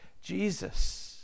Jesus